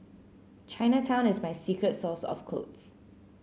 Chinatown is my secret source of clothes